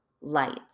lights